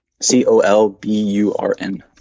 C-O-L-B-U-R-N